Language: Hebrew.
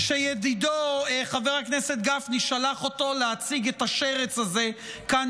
שידידו חבר הכנסת גפני שלח אותו להציג את השרץ הזה כאן,